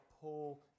Paul